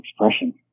expression